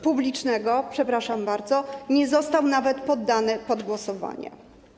publicznego, przepraszam bardzo, nie został nawet poddany pod głosowanie.